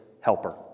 helper